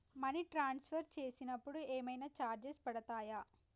Money transfer చేసినప్పుడు ఏమైనా charges పడతయా?